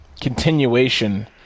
continuation